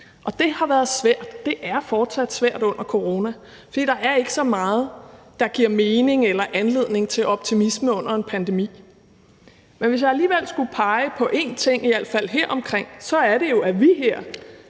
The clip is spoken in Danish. Det har været svært, og det er fortsat svært, under corona, for der er ikke så meget, der giver mening eller giver anledning til optimisme under en pandemi. Men hvis jeg alligevel skulle pege på en ting, i al fald her omkring, er det jo, at vi her